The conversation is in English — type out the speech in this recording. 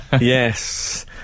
Yes